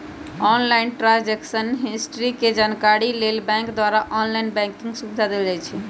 online transaction history के जानकारी लेल बैंक द्वारा ऑनलाइन बैंकिंग सुविधा देल जाइ छइ